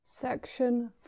Section